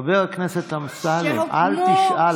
חבר הכנסת אמסלם, אל תשאל.